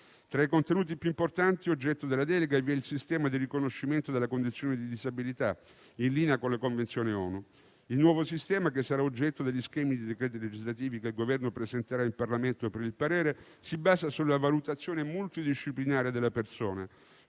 Tra i contenuti più importanti oggetto della delega vi è il sistema di riconoscimento della condizione di disabilità, in linea con le convenzioni ONU. Il nuovo sistema, che sarà oggetto degli schemi di decreti legislativi che il Governo presenterà al Parlamento per il parere, si basa sulla valutazione multidisciplinare della persona,